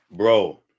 Bro